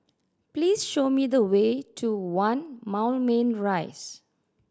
please show me the way to One Moulmein Rise